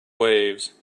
waves